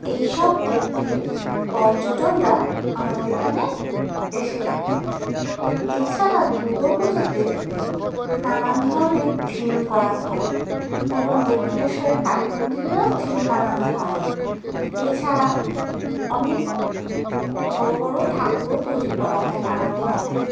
এই সব দেখতে পর্যটকরা আমাদের এখানে এসে থাকেন এছাড়া দুর্গা পুজোতে নানান ধরনের থিম করা হয় যেমন দক্ষিণেশ্বরের কালী মন্দিরেরও থিম বানানো হয় এছাড়া অনেক বড়ো বড়ো ঠাকুরও তৈরি করা হয় নানান ধরনের